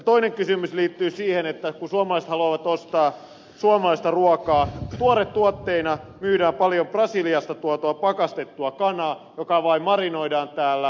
toinen kysymys liittyy siihen kun suomalaiset haluavat ostaa suomalaista ruokaa tuoretuotteina myydään paljon brasiliasta tuotua pakastettua kanaa joka vain marinoidaan täällä